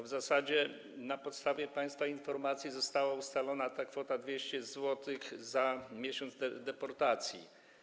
W zasadzie na podstawie państwa informacji została ustalona ta kwota 200 zł za miesiąc deportacji.